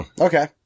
Okay